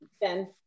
Ben